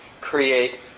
create